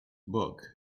book